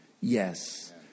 yes